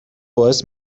باعث